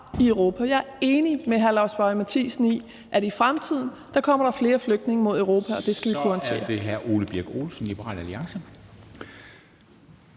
i Europa. Jeg er enig med hr. Lars Boje Mathiesen i, at der i fremtiden kommer flere flygtninge mod Europa, og det skal vi kunne håndtere.